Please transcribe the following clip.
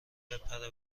بپره